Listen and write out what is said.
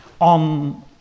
on